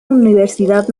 universidad